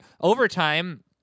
overtime